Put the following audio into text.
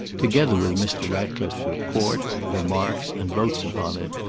together with mr. ratcliffe's report, remarks, and votes upon it,